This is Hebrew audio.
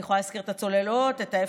אני יכולה להזכיר את הצוללות, את ה-F-35,